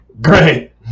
Great